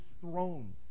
throne